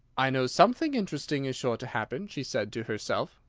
i know something interesting is sure to happen, she said to herself,